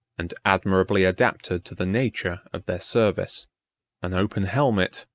and admirably adapted to the nature of their service an open helmet,